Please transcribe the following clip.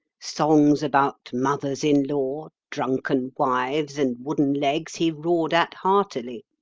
songs about mothers-in-law, drunken wives, and wooden legs he roared at heartily.